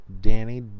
Danny